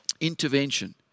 intervention